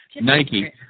Nike